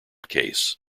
case